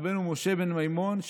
רבנו משה בן מימון,